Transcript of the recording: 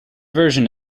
version